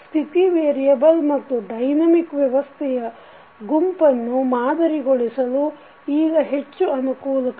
ಸ್ಥಿತಿ ವೇರಿಯಬಲ್ ಮತ್ತು ಡೈನಮಿಕ್ ವ್ಯವಸ್ಥೆಯ ಗುಂಪನ್ನು ಮಾದರಿಗೊಳಿಸಲು ಈಗ ಹೆಚ್ಚು ಅನುಕೂಲಕರ